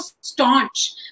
staunch